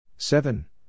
Seven